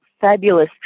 fabulous